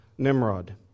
Nimrod